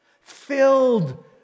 Filled